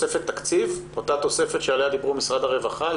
תקציב, את אותה תוספת שעליה דיבר משרד הרווחה?